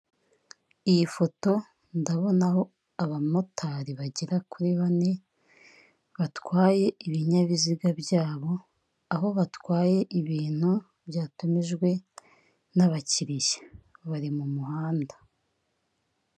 Iyi foto ndabonaho abamotari bagera kuri bane batwaye ibinyabiziga byabo, aho batwaye ibintu byatumijwe n'abakiriya, bari mu muhanda.